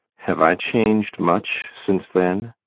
have i changed much since then?